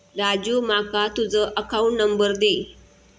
राजू माका तुझ account number दी